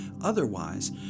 Otherwise